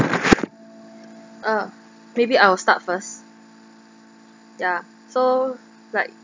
uh maybe I will start first ya so like